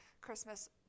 christmas